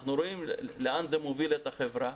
אנחנו רואים לאן זה מוביל את החברה,